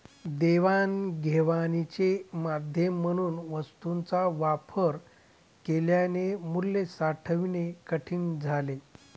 देवाणघेवाणीचे माध्यम म्हणून वस्तूंचा वापर केल्याने मूल्य साठवणे कठीण झाले